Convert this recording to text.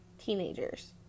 teenagers